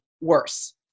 worse